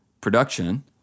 production